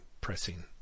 pressing